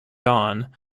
dawn